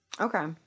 Okay